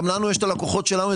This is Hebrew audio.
גם לנו יש את הלקוחות שלנו,